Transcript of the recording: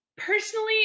Personally